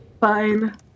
Fine